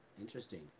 Interesting